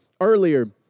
earlier